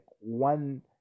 one